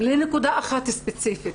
לנקודה אחת ספציפית.